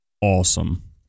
Awesome